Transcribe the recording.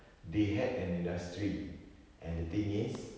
they had an industry and the thing is